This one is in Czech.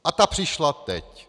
A ta přišla teď.